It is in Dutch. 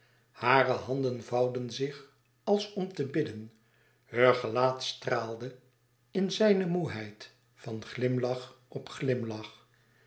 hare handen vouwden zich als om te bidden heur gelaat straalde in zijne moêheid van glimlach op glimlach